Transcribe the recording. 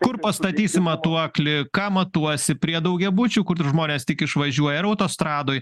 kur pastatysi matuoklį ką matuosi prie daugiabučių kur žmonės tik išvažiuoja ar autostradoj